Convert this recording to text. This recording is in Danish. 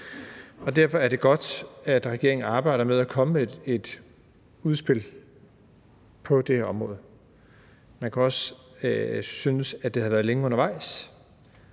arbejder med at komme med et udspil på det her område. Man kan også synes, at det har været længe undervejs,